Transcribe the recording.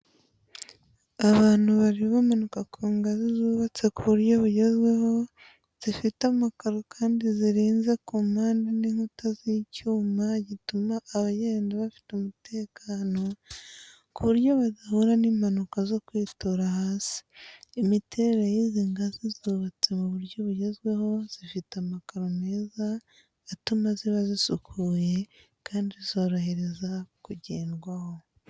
Abantu bari bamanuka ku ngazi zubatse ku buryo bugezweho, zifite amakaro kandi zirinze ku mpande n’inkuta z'icyuma gituma abagenda bafite umutekano ku buryo badahura n'impanuka zo kwitura hasi. Imiterere y’izi ngazi zubatse mu buryo bugezweho zifite amakaro meza atuma ziba zisukuye kandi zorohereza kugendwaho.